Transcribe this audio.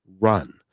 run